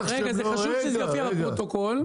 וחשוב שזה יירשם בפרוטוקול,